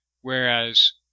Whereas